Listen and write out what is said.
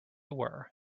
were